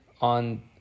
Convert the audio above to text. on